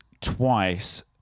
twice